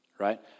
Right